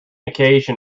occasion